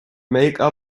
make